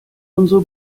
unsere